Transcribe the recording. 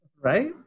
Right